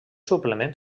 suplement